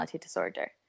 disorder